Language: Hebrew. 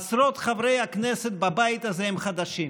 עשרות חברי הכנסת בבית הזה הם חדשים.